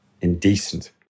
indecent